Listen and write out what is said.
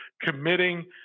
committing